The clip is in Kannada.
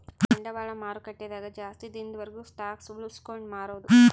ಬಂಡವಾಳ ಮಾರುಕಟ್ಟೆ ದಾಗ ಜಾಸ್ತಿ ದಿನದ ವರ್ಗು ಸ್ಟಾಕ್ಷ್ ಉಳ್ಸ್ಕೊಂಡ್ ಮಾರೊದು